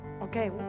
okay